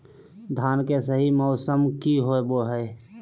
धान के सही मौसम की होवय हैय?